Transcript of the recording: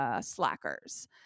slackers